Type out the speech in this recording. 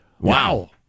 Wow